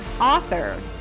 author